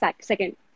second